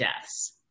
deaths